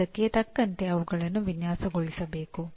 ಅದಕ್ಕೆ ತಕ್ಕಂತೆ ಅವುಗಳನ್ನು ವಿನ್ಯಾಸಗೊಳಿಸಬೇಕು